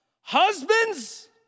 husbands